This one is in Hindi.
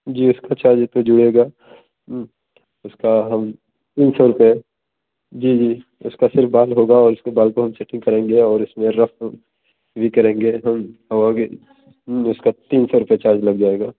जी इसका चार्ज इसमें जुड़ेगा उसका हम तीन सौ रुपए जी जी उसका सिर्फ़ बाल का होगा और उसमें बाल को हम सेटिंग सेटिंग करेंगे और उसमें रफ़ भी करेंगे और हम उसका तीन सौ रुपए चार्ज लग जाएगा